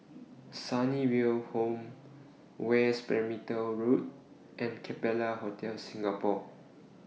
Sunnyville Home West Perimeter Road and Capella Hotel Singapore